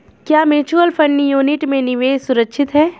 क्या mutual fund unit में निवेश सुरक्षित है?